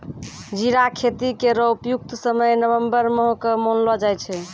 जीरा खेती केरो उपयुक्त समय नवम्बर माह क मानलो जाय छै